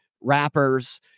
rappers